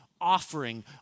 offering